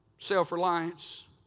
Self-reliance